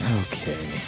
Okay